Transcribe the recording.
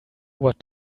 what